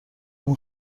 اون